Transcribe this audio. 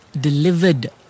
delivered